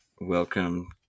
welcome